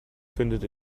findet